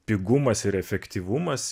pigumas ir efektyvumas